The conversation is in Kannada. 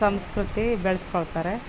ಸಂಸ್ಕೃತಿ ಬೆಳೆಸ್ಕೊಳ್ತಾರೆ